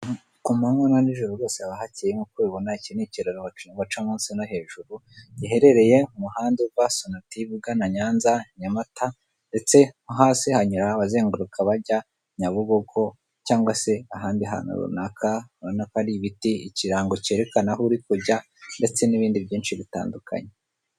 Ku manywa na nijoro rwose haba hacyeye, nk'uko ubibona iki ni ikiraro baca munsi no hejuru, giherereye ku muhanda uva Sonatibe ugana Nyanza, Nyamata ndetse mo hasi hanyura abazenguruka bajya Nyabugogo cyangwa se ahandi hantu runaka, urabona ko hari ibiti, ikirango cyerekana aho uri kujya ndetse n'ibindi byinshi bitandukanye.